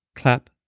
clap,